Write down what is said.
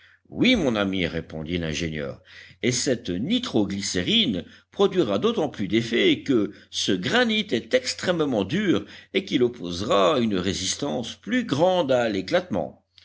oui mon ami répondit l'ingénieur et cette nitro glycérine produira d'autant plus d'effet que ce granit est extrêmement dur et qu'il opposera une résistance plus grande à l'éclatement